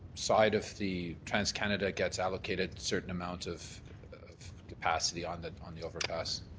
side of the transcanada gets allocated certain amounts of capacity on the on the overpass?